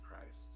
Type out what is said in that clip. Christ